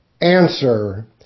Answer